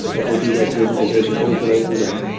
that they do that visualization over and over again,